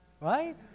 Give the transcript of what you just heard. Right